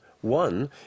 One